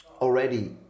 already